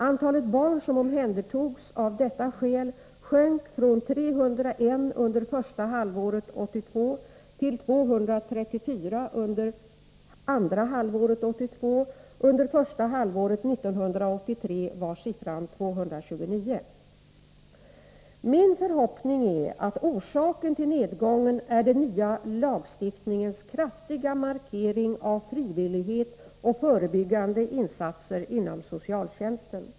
Antalet barn som omhändertogs av detta skäl sjönk från 301 under första halvåret 1982 till 234 under andra halvåret 1982. Under första halvåret 1983 var siffran 229. Min förhoppning är att orsaken till nedgången är den nya lagstiftningens kraftiga markering av frivillighet och förebyggande arbete inom socialtjänsten.